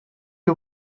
you